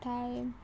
कुठ्ठाळें